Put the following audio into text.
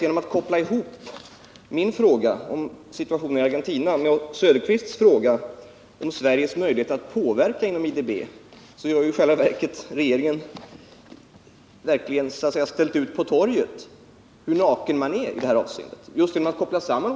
Genom att koppla samman min fråga om situationen i Argentina med Oswald Söderqvists fråga om Sveriges möjlighet att påverka IDB:s långivning har regeringen i själva verket ställt ut på torget hur naken man är i detta avseende.